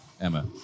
Emma